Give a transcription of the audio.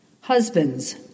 Husbands